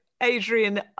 Adrian